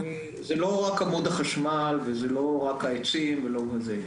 זה לא רק עמוד החשמל וזה לא רק העצים ולא זה.